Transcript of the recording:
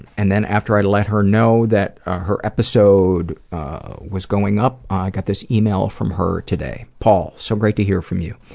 and then, after i let her know that her episode was going up, i got this email from her today paul, so great to hear from you.